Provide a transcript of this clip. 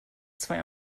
zwei